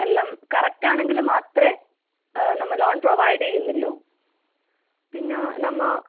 എല്ലാം കറക്ട് ആണെങ്കിൽ മാത്രമേ നമ്മൾ ലോൺ പ്രൊവൈഡ് ചെയ്യുന്നുള്ളൂ പിന്നെ നമ്മൾ